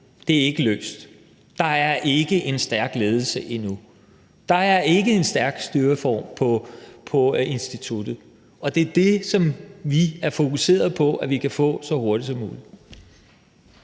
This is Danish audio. Det er ikke løst. Der er ikke en stærk ledelse endnu. Der er ikke en stærk styreform på instituttet, og det er det, som vi er fokuseret på at kunne få så hurtigt som muligt.